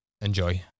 Enjoy